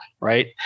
right